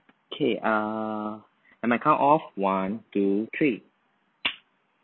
K err and my count of one two three